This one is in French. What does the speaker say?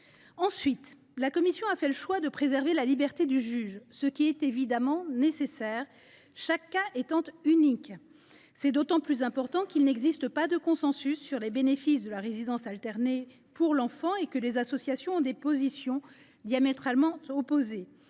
Ensuite, la commission des lois a choisi de préserver la liberté du juge, ce qui est évidemment nécessaire, puisque chaque cas est unique. Cela est d’autant plus important qu’aucun consensus n’existe sur les bénéfices de la résidence alternée pour l’enfant. Ainsi, les associations ont des positions diamétralement opposées